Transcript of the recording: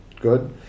good